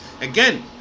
Again